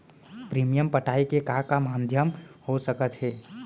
Premium पटाय के का का माधयम हो सकत हे?